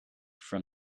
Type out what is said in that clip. from